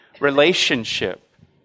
relationship